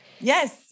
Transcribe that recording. Yes